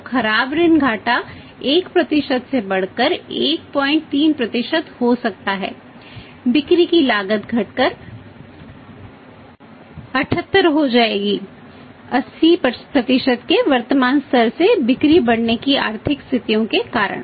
तो खराब ऋण घाटा 1 से बढ़कर 13 हो सकता है बिक्री की लागत घटकर 78 हो जाएगी 80 के वर्तमान स्तर से बिक्री बढ़ने की आर्थिक स्थितियों के कारण बिक्री की कुल लागत घटकर 78 हो जाएगी 80 के वर्तमान स्तर से बिक्री बढ़ने की आर्थिक स्थितियों के कारण